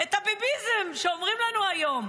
את הביביזם שאומרים לנו היום.